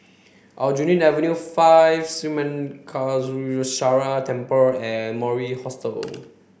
Aljunied Avenue five Sri Temple and Mori Hostel